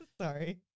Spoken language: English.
Sorry